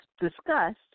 discussed